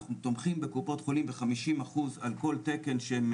אנחנו תומכים בקופות חולים ב-50% על כל תקן שהם